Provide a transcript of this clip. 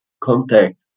contact